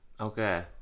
Okay